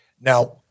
Now